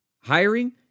Hiring